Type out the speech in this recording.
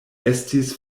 estis